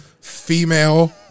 Female